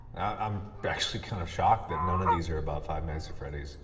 i'm but actually kind of shocked that none of these are about five nights at freddy's.